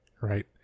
right